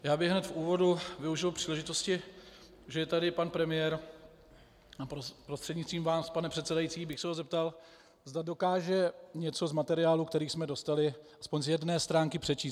Já bych hned v úvodu využil příležitosti, že je tady pan premiér, a prostřednictvím vás, pane předsedající, bych se ho zeptal, zda dokáže něco z materiálu, který jsme dostali, aspoň z jedné stránky přečíst.